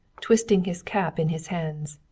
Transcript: twisting his cap in his hands.